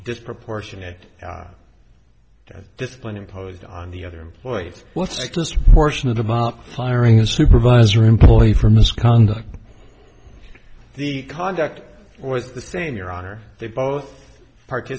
disproportionate discipline imposed on the other employees let's just portion of the hiring a supervisor employee for misconduct the conduct was the same your honor they both parties